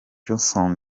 jason